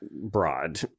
broad